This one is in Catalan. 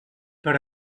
per